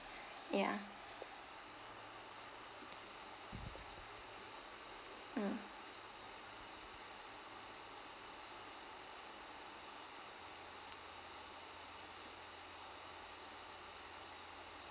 ya mm